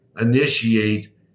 initiate